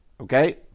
okay